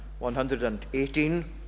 118